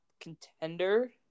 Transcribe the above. contender